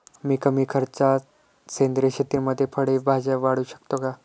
मी कमी खर्चात सेंद्रिय शेतीमध्ये फळे भाज्या वाढवू शकतो का?